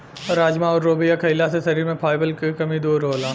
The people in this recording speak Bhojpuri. राजमा अउर लोबिया खईला से शरीर में फाइबर के कमी दूर होला